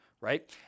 right